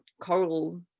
coral